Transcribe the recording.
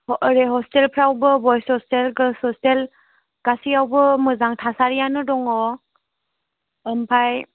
ओरै हस्टेलफ्रावबो बयस हस्टेल गोर्ल्स हस्टेल गासैआवबो मोजां थासारियानो दङ ओमफ्राय